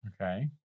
Okay